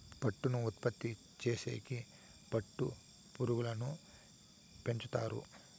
పట్టును ఉత్పత్తి చేసేకి పట్టు పురుగులను పెంచుతారు